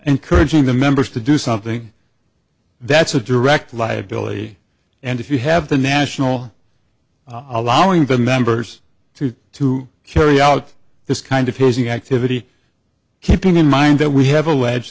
encouraging the members to do something that's a direct liability and if you have the national allowing the members to to carry out this kind of hazy activity keeping in mind that we have allege